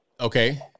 Okay